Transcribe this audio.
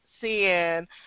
seeing